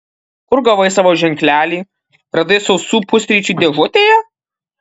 kur gavai savo ženklelį radai sausų pusryčių dėžutėje